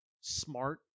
smart